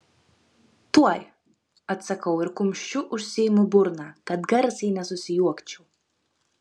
tuoj atsakau ir kumščiu užsiimu burną kad garsiai nesusijuokčiau